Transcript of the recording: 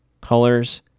colors